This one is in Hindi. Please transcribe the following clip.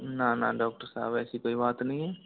ना ना डॉक्टर साहब ऐसी कोई बात नहीं है